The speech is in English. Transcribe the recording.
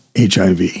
HIV